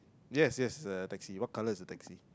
yes yes the taxi what colour is the taxi